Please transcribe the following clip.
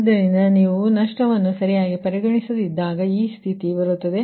ಆದ್ದರಿಂದ ನೀವು ನಷ್ಟವನ್ನು ಸರಿಯಾಗಿ ಪರಿಗಣಿಸದಿದ್ದಾಗ ಈ ಸ್ಥಿತಿ ಇದೆ